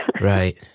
Right